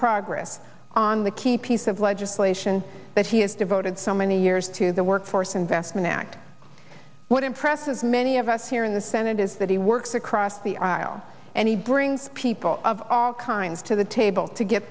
progress on the key piece of legislation that he has devoted so many years to the workforce investment act what impresses many of us here in the senate is that he works across the aisle and he brings people of all kinds to the table to get